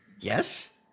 Yes